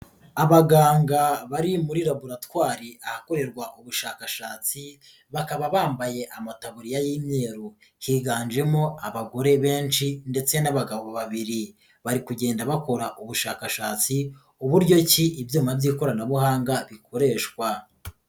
Abaganga bari muri laboratwari ahakorerwa ubushakashatsi, bakaba bambaye amataburiya y'imyeru higanjemo abagore benshi ndetse n'abagabo babiri bari kugenda bakora ubushakashatsi, uburyo ki ibyuma by'ikoranabuhanga bikoreshwa.